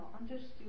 understood